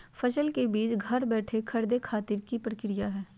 फसल के बीज घर बैठे खरीदे खातिर की प्रक्रिया हय?